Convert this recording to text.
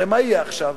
הרי מה יהיה עכשיו?